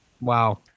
Wow